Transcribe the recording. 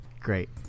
Great